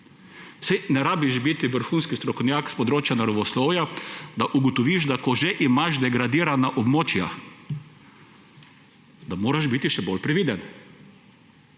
Saj ne rabiš biti vrhunski strokovnjak s področja naravoslovja, da ugotoviš, da ko že imaš degradirana območja, da moraš biti še bolj previden.